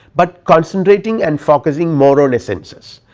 but concentrating and focusing more on essences.